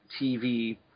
TV